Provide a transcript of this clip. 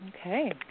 Okay